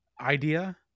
idea